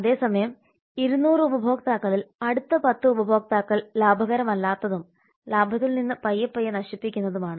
അതേസമയം 200 ഉപഭോക്താക്കളിൽ അടുത്ത 10 ഉപഭോക്താക്കൾ ലാഭകരമല്ലാത്തതും ലാഭത്തിൽ നിന്ന് പയ്യെപ്പയ്യെ നശിപ്പിക്കുന്നതുമാണ്